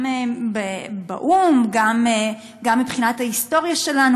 גם באו"ם וגם מבחינת ההיסטוריה שלנו,